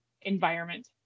environment